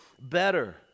better